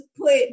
put